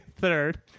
Third